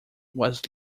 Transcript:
was